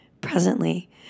presently